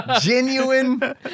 genuine